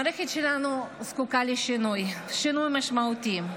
המערכת שלנו זקוקה לשינוי, שינוי משמעותי.